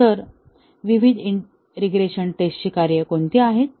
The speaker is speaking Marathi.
तर विविध रीग्रेशन टेस्टची कार्ये कोणती आहेत